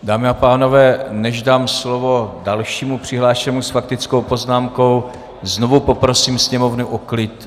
Dámy a pánové, než dám slovo dalšímu přihlášenému s faktickou poznámkou, znovu poprosím sněmovnu o klid.